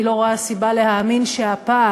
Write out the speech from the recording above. אני לא רואה סיבה להאמין שהפעם,